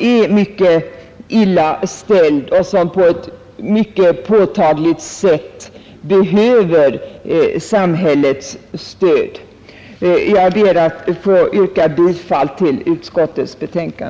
är mycket illa ställd och på ett mycket påtagligt sätt behöver samhällets stöd. Jag ber att få yrka bifall till utskottets hemställan.